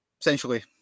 essentially